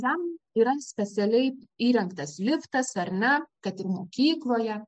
tam yra specialiai įrengtas liftas ar ne kad ir mokykloje